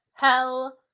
Hell